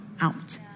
out